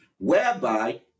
whereby